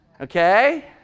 Okay